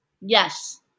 Yes